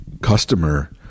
customer